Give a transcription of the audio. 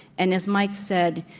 and as mike said,